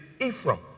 Ephraim